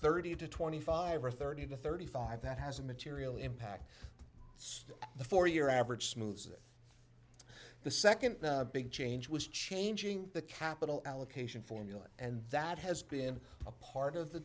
thirty to twenty five or thirty to thirty five that has a material impact it's the four year average smoothes that the second big change was changing the capital allocation formula and that has been a part of the